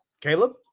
Caleb